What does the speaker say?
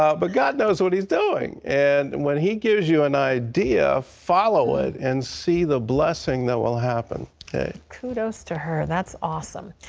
ah but god knows what he is doing. and when he gives you an idea, follow it and see the blessing that will happen. terry kudos to her. that's awesome.